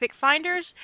Finders